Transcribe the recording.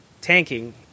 tanking